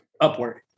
upward